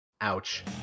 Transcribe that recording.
Ouch